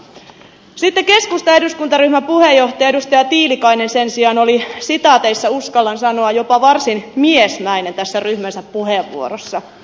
sitten keskustan eduskuntaryhmän puheenjohtaja edustaja tiilikainen sen sijaan oli uskallan sanoa jopa varsin miesmäinen tässä ryhmänsä puheenvuorossa